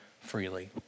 freely